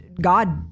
god